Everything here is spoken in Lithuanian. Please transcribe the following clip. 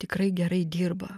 tikrai gerai dirba